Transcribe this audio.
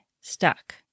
stuck